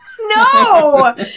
No